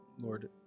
Lord